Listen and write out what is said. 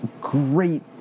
great